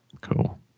Cool